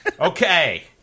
Okay